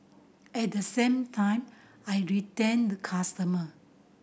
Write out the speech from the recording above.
at the same time I retain the customer